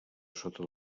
sota